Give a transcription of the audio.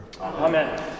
Amen